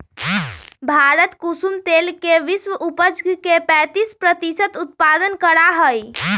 भारत कुसुम तेल के विश्व उपज के पैंतीस प्रतिशत उत्पादन करा हई